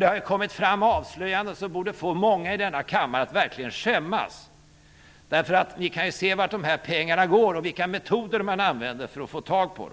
Det har kommit avslöjanden som borde få många i den här kammaren att verkligen skämmas. Vi kan ju se vart dessa pengar går och vilka metoder man använder för att få tag i dem.